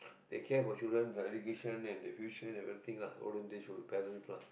they care for children their education and their future and everything lah olden days the parents lah